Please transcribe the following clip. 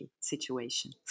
situation